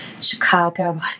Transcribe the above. Chicago